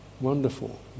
wonderful